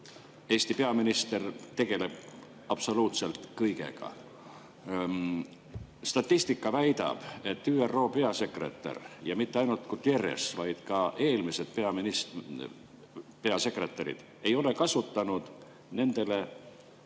Eesti peaminister tegeleb absoluutselt kõigega. Statistika väidab, et ÜRO peasekretär – ja mitte ainult Guterres, vaid ka eelmised peasekretärid – ei ole kasutanud väga